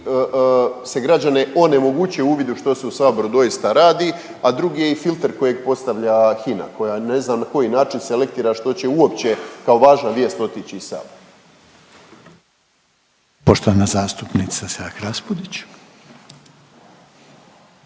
se građane onemogućuje uvid u što se u saboru doista radi, a drugi je i filter kojeg postavlja HINA koja ne znam na koji način selektira što će uopće kao važna vijest otići iz sabora.